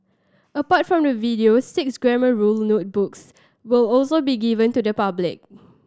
apart from the videos six Grammar Rule notebooks will also be given to the public